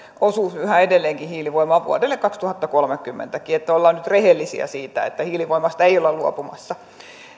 osuus yhä edelleenkin hiilivoimaa vuodelle kaksituhattakolmekymmentä että ollaan nyt rehellisiä siitä että hiilivoimasta ei olla luopumassa